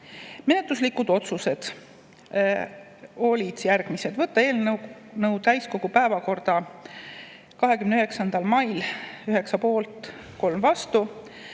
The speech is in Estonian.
Menetluslikud otsused olid järgmised. Võtta eelnõu täiskogu päevakorda 29. mail – 9